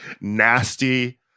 nasty